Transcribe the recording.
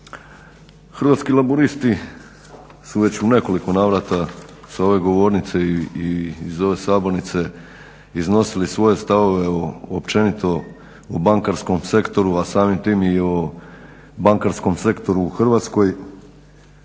Hrvatski laburisti su već u nekoliko navrata sa ove govornice i iz ove sabornice iznosili svoje stavove općenito o bankarskom sektoru, a samim tim i o bankarskom sektoru u Hrvatskoj